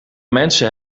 mensen